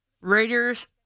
Raiders